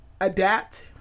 adapt